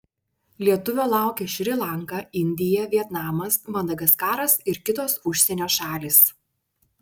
lietuvio laukia šri lanka indija vietnamas madagaskaras ir kitos užsienio šalys